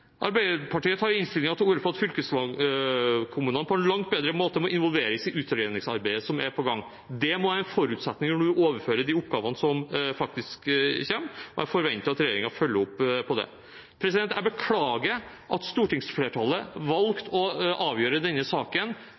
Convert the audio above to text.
Arbeiderpartiet tar i innstillingen til orde for at fylkeskommunene på en langt bedre måte må involveres i utredningsarbeidet som er på gang. Det må være en forutsetning når man overfører de oppgavene som faktisk kommer, og jeg forventer at regjeringen følger opp dette. Jeg beklager at stortingsflertallet valgte å avgjøre denne saken